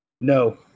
No